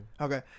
Okay